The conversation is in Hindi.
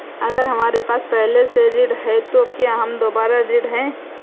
अगर हमारे पास पहले से ऋण है तो क्या हम दोबारा ऋण हैं?